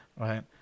Right